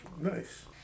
Nice